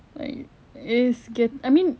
like it's get~ I mean